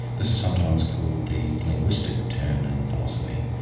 this is sometimes called the linguistic turn in philosophy.